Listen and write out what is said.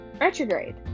retrograde